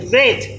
Great